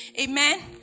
Amen